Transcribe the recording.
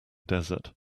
desert